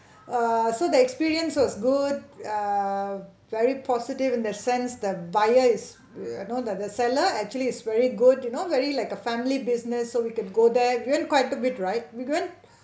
err so the experience was good err very positive in the sense the buyer is you know the the seller actually is very good you know very like a family business so we can go there we went quite a bit right we went